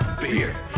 Beer